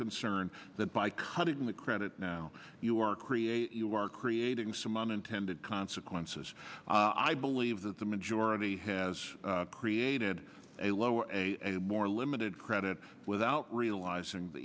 concern that by cutting the credit now or create you are creating some unintended consequences i believe that the majority has created a lower a more limited credit without realizing the